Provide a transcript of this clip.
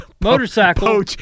Motorcycle